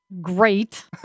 Great